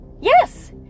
Yes